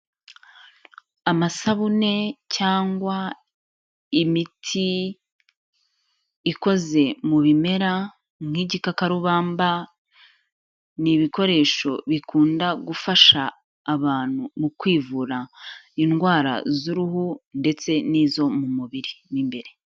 Amasabune cyangwa imiti ikoze mu bimera nk'igikakarubamba, ni ibikoresho bikunda gufasha abantu mu kwivura indwara z'uruhu ndetse n'izo mu mubiri mo imbere.